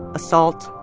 assault,